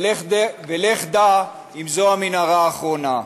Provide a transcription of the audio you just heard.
לך דע אם זאת המנהרה האחרונה.